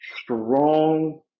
strong